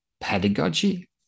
pedagogy